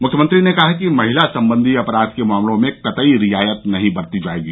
मुख्यमंत्री ने कहा कि महिला संबंधी अपराध के मामलों में कतई रियायत नहीं बरती जायेगी